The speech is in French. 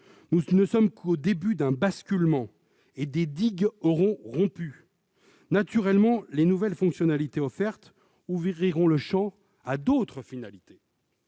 Nous ne sommes qu'au début d'un basculement. Des digues auront rompu, car les nouvelles fonctionnalités offertes ouvriront naturellement le champ à d'autres finalités.